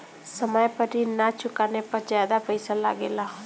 समय पर ऋण ना चुकाने पर ज्यादा पईसा लगेला?